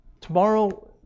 tomorrow